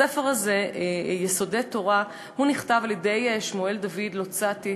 הספר הזה "יסודי תורה" נכתב על-ידי שמואל דוד לוצאטו,